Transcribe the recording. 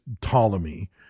Ptolemy